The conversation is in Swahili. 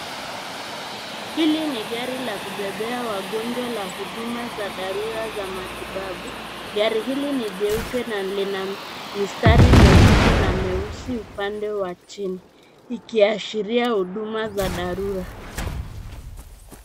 Hili ni gari la kubebea wagonjwa la huduma za dharura za matibabu. Gari hili ni jeupe na lina mistari myekundu na myeusi upande wa chini, ikiashiria huduma za dharura.